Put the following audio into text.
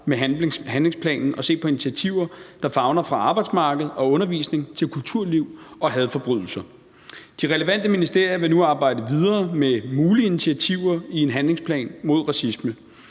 med handlingsplanen og se på initiativer, der favner alt fra arbejdsmarked og undervisning til kulturliv og hadforbrydelser. De relevante ministerier vil nu arbejde videre med mulige initiativer i en handlingsplan mod racisme,